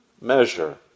measure